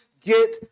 get